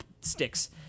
sticks